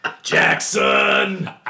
Jackson